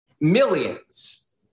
millions